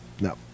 No